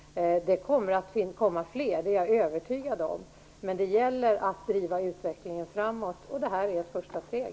Det kommer att komma fler, det är jag övertygad om, men det gäller att driva utvecklingen framåt, och det här är ett första steg.